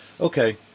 Okay